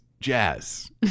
jazz